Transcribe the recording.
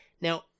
Now